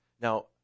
Now